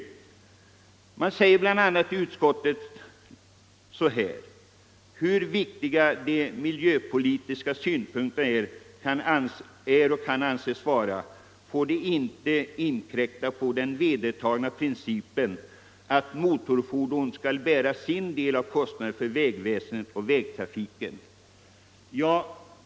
Utskottet säger härvidlag bl.a. att ”hur viktiga de miljöpolitiska synpunkterna än kan anses vara, får de inte inkräkta på den vedertagna principen att motorfordonen skall bära sin del av kostnaderna för vägväsendet och vägtrafiken”.